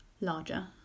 larger